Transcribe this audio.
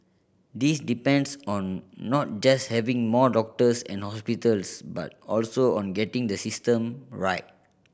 this depends on not just having more doctors and hospitals but also on getting the system right